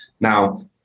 now